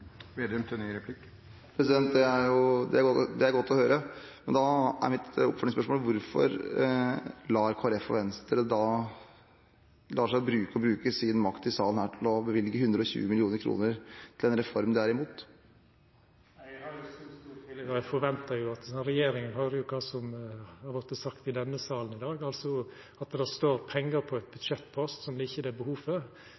Det er godt å høre. Men da er mitt oppfølgingsspørsmål: Hvorfor lar da Kristelig Folkeparti og Venstre seg bruke, og bruker sin makt i denne salen til å bevilge 120 mill. kr til en reform de er imot? Eg har jo stor, stor tillit til og forventar, når regjeringa høyrer kva som har vorte sagt her i salen i dag, altså at det står pengar på ein budsjettpost som det ikkje er behov for,